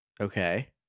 Okay